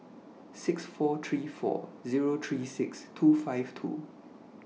six four three four Zero three six two five two